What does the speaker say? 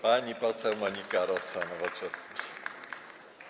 Pani poseł Monika Rosa, Nowoczesna.